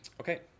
okay